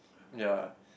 ya